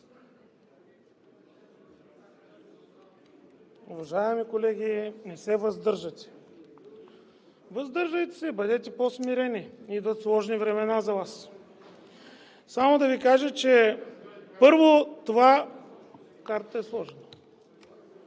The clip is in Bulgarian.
Уважаеми колеги, не се въздържате. Въздържайте се, бъдете по-смирени, идват сложни времена за Вас! Първо да Ви кажа, че това мое предложение